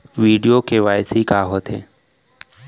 video KYC का होथे